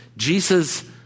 Jesus